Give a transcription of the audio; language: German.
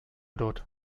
dort